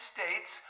States